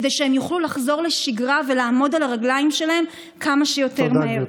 כדי שהם יוכלו לחזור לשגרה ולעמוד על הרגליים שלהם כמה שיותר מהר.